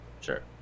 Sure